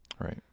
Right